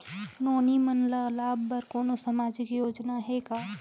नोनी मन ल लाभ बर कोनो सामाजिक योजना हे का?